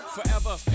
Forever